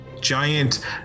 giant